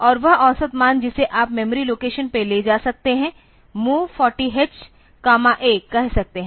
और वह औसत मान जिसे आप मेमोरी लोकेशन पर ले जा सकते हैं MOV 40h A कह सकते हैं